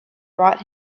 brought